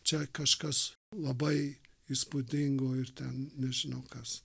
čia kažkas labai įspūdingo ir ten nežinau kas